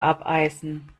abeisen